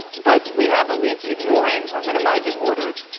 but we have elites ignoring or minimizing orders.